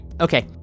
okay